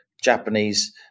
Japanese